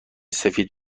سفید